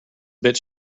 bit